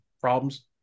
problems